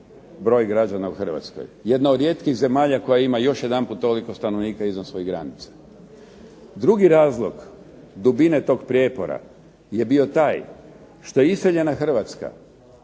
broj građana u Hrvatskoj. Jedan od rijetkih zemalja koja ima još jedanput toliko stanovnika izvan svoje granice. Drugi razlog dubine toga prijepora je bio taj što iseljena Hrvatska,